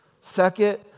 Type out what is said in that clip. Second